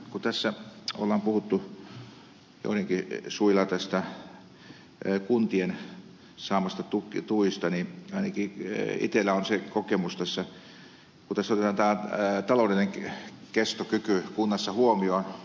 kun tässä on puhuttu joidenkin suilla kuntien saamista tuista niin ainakin itsellä on kokemus siitä kun otetaan taloudellinen kestokyky kunnassa huomioon